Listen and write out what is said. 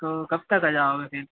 तो कब तक आ जाओगे फिर